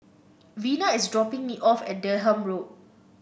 Vena is dropping me off at Durham Road